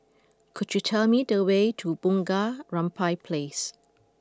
could you tell me the way to Bunga Rampai Place